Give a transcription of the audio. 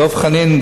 דב חנין,